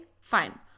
fine